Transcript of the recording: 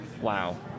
Wow